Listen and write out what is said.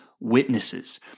Witnesses